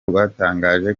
rwatangaje